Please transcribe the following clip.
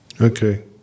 Okay